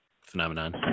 phenomenon